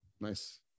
Nice